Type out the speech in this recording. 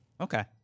Okay